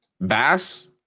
Bass